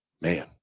Man